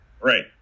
Right